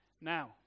Now